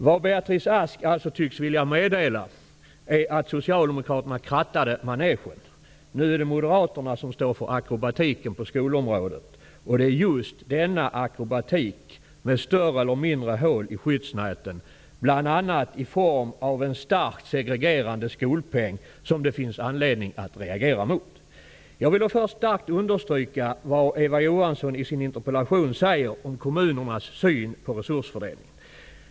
Vad Beatrice Ask tycks vilja meddela är att Socialdemokraterna krattade manegen. Nu är det Moderaterna som står för akrobatiken på skolområdet. Det är just denna akrobatik -- med större eller mindre hål i skyddsnäten, bl.a. i form av en starkt segregerande skolpeng -- som det finns anledning att reagera mot. Jag vill starkt understryka vad Eva Johansson säger i sin interpellation om kommunernas syn på resursfördelningen.